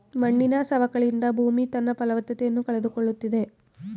ಮಣ್ಣಿನ ಸವಕಳಿಯಿಂದ ಭೂಮಿ ತನ್ನ ಫಲವತ್ತತೆಯನ್ನು ಕಳೆದುಕೊಳ್ಳುತ್ತಿದೆ